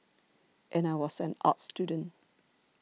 and I was an arts student